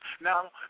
now